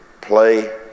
play